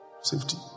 Safety